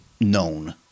known